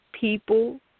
people